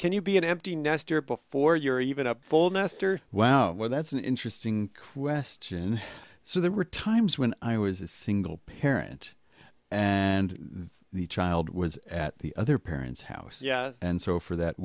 can you be an empty nester before you're even up full nester well that's an interesting question so there were times when i was a single parent and the child was at the other parent's house yeah and so for that